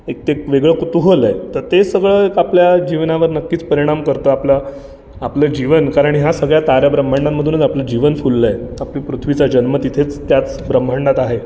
एक ते वेगळं कुतूहल आहे तर ते सगळं आपल्या जीवनावर नक्कीच परिणाम करतं आपलं आपलं जीवन कारण या सगळ्या ताऱ्याब्रह्मांडामधूनच आपलं जीवन फुललं आहे आपली पृथ्वीचा जन्म तिथेच त्याच ब्रह्मांडात आहे